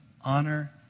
honor